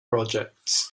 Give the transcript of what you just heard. projects